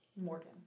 Morgan